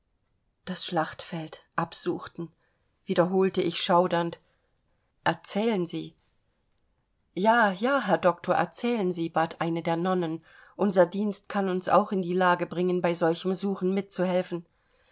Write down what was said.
das schlachtfeld absuchten wiederholte ich schaudernd erzählen sie ja ja herr doktor erzählen sie bat eine der nonnen unser dienst kann uns auch in die lage bringen bei solchem suchen mitzuhelfen